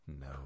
No